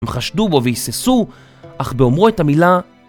הם חשדו בו והססו, אך באומרו את המילה...